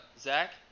Zach